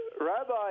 Rabbi